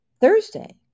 Thursday